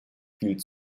viel